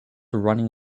running